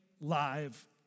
live